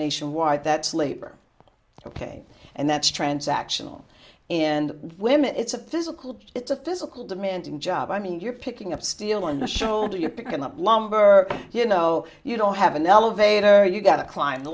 nationwide that's labor ok and that's transactional and women it's a physical it's a physical demanding job i mean you're picking up steel in the shoulder you're picking up lumber you know you don't have an elevator you got to clim